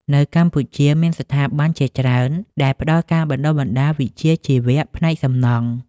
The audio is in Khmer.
នៅកម្ពុជាមានស្ថាប័នជាច្រើនដែលផ្តល់ការបណ្តុះបណ្តាលវិជ្ជាជីវៈផ្នែកសំណង់។